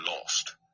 lost